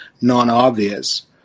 non-obvious